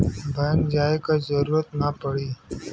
bank जाये क जरूरत ना पड़ी